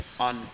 On